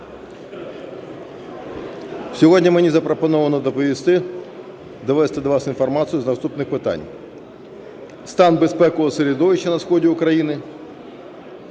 сьогодні мені запропоновано доповісти, довести до вас інформацію з наступних питань: стан безпекового середовища на сході України,